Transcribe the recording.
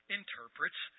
interprets